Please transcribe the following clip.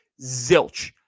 zilch